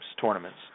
tournaments